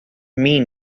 mean